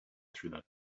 through